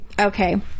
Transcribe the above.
Okay